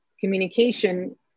communication